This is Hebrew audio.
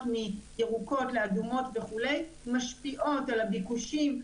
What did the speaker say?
מירוקות לאדומות וכולי משפיעות על הביקושים,